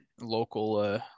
local